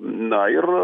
na ir